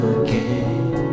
again